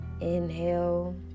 Inhale